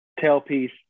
tailpiece